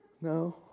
No